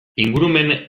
ingurumen